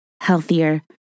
healthier